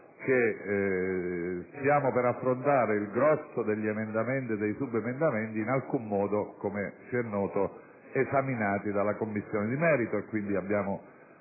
che stiamo per affrontare il grosso degli emendamenti e dei subemendamenti in alcun modo - come ci è noto - esaminati dalla Commissione di merito; abbiamo,